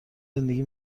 زندگی